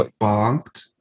bonked